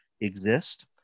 exist